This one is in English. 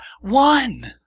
one